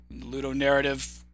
ludonarrative